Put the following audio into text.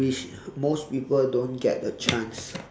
which most people don't get the chance